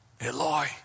Eloi